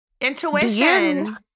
Intuition